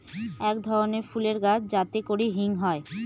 এক ধরনের ফুলের গাছ যাতে করে হিং হয়